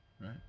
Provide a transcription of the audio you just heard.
right